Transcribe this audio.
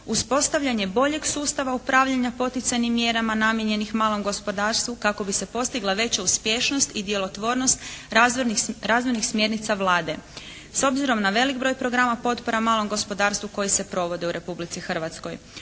uspostavljanje boljeg sustava upravljanja poticajnim mjerama namijenjenih malom gospodarstvu kako bi se postigla veća uspješnost i djelotvornost razvojnih smjernica Vlade. S obzirom na velik broj programa potpora malom gospodarstvu koji se provode u Republici Hrvatskoj.